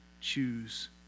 choose